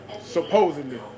Supposedly